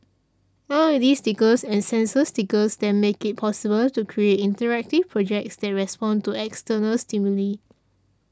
l E D stickers and sensor stickers then make it possible to create interactive projects that respond to external stimuli